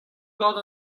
gant